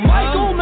Michael